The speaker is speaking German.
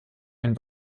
ein